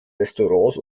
restaurants